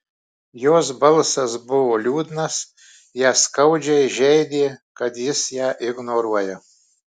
jos balsas buvo liūdnas ją skaudžiai žeidė kad jis ją ignoruoja